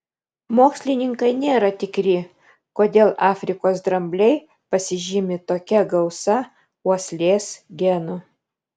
mokslininkai nėra tikri kodėl afrikos drambliai pasižymi tokia gausa uoslės genų